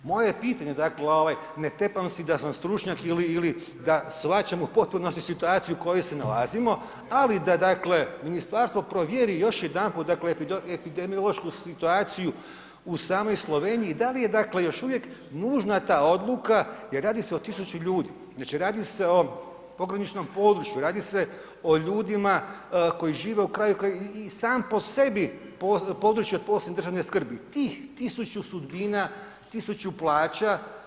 Moje je pitanje, dakle ovaj, ne tepam si da sam stručnjak ili, ili da shvaćam u potpunosti situaciju u kojoj se nalazimo, ali da dakle, ministarstvo provjeri još jedanput, dakle epidemiološku situaciju u samoj Sloveniji, da li je dakle, još uvijek nužna ta odluka jer radi se o 1000 ljudi, znači radi se o pograničnom području, radi se o ljudima koji žive u kraju koji je i sam po sebi područje od posebne države skrbi, tih 1000 sudbina, 1000 plaća.